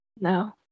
No